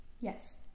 Yes